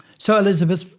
so elizabeth,